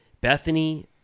Bethany